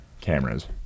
cameras